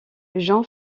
jean